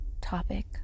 topic